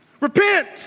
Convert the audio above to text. Repent